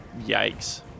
Yikes